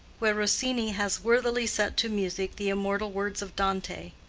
where rossini has worthily set to music the immortal words of dante,